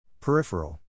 Peripheral